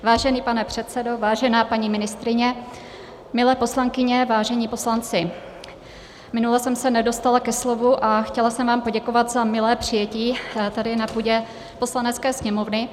Vážený pane předsedo, vážená paní ministryně, milé poslankyně, vážení poslanci, minule jsem se nedostala ke slovu a chtěla jsem vám poděkovat za milé přijetí tady na půdě Poslanecké sněmovny.